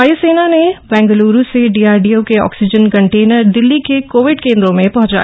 वायुसेना ने बेंगलुरू से डीआरडीओ के ऑक्सजीन कंटेनर दिल्ली के कोविड केन्द्रों में पहंचाए